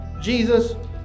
Jesus